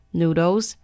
noodles